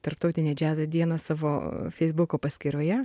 tarptautinę džiazo dieną savo feisbuko paskyroje